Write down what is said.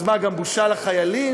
אז מה, בושה גם לחיילים?